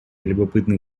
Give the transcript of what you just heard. любопытный